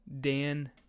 Dan